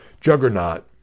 juggernaut